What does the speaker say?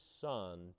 SON